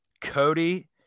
Cody